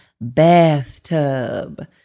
Bathtub